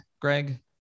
Greg